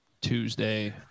Tuesday